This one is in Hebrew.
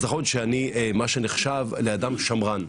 אז נכון שאני מה שנחשב לאדם שמרן,